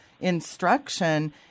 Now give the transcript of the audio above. instruction